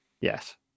Yes